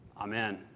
Amen